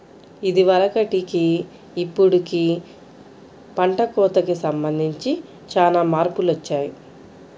ఇదివరకటికి ఇప్పుడుకి పంట కోతకి సంబంధించి చానా మార్పులొచ్చాయ్